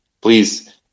Please